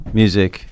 music